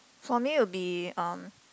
for me it'll be um